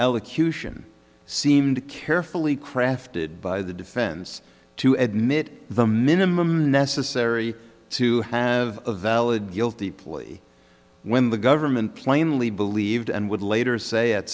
elocution seemed carefully crafted by the defense to admit the minimum necessary to have a valid guilty plea when the government plainly believed and would later say at